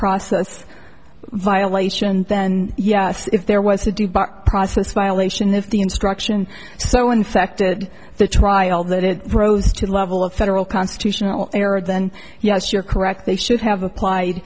process violation then yes if there was a due process violation if the instruction so infected the trial that it rose to a level of federal constitutional error then yes you're correct they should have applied